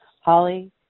Holly